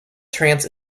trance